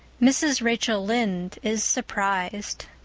mrs. rachel lynde is surprised